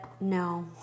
no